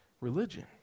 Religion